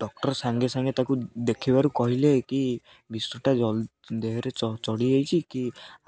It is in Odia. ଡକ୍ଟର ସାଙ୍ଗେ ସାଙ୍ଗେ ତାକୁ ଦେଖିବାରୁ କହିଲେ କି ବିଷଟା ଜଲ ଦେହରେ ଚଢ଼ିଯାଇଛି କି